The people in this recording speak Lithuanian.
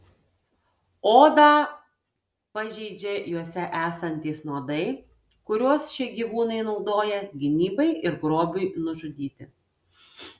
odą pažeidžia juose esantys nuodai kuriuos šie gyvūnai naudoja gynybai ir grobiui nužudyti